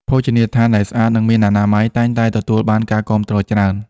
ភោជនីយដ្ឋានដែលស្អាត និងមានអនាម័យតែងតែទទួលបានការគាំទ្រច្រើន។